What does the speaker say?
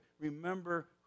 Remember